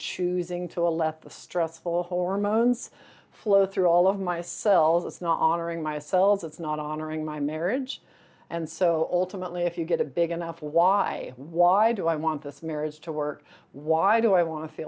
choosing to let the stressful hormones flow through all of my cells it's not honoring myself it's not honoring my marriage and so all timidly if you get a big enough why why do i want this marriage to work why do i want to